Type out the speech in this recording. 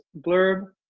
blurb